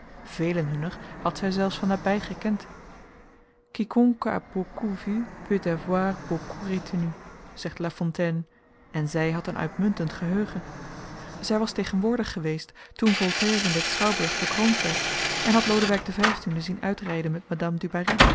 velen hunner had zij zelfs van nabij gekend quiconque a beaucoup vû peut avoir beaucoup retenu zegt la fontaine en zij had een uitmuntend geheugen zij was tegenwoordig geweest toen voltaire in den schouwburg bekroond werd en had lodewijk xv zien uitrijden met